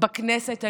בכנסת היום,